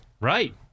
Right